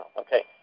Okay